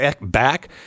back